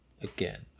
again